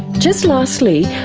just lastly,